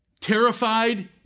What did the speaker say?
Terrified